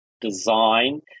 design